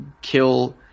kill